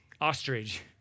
ostrich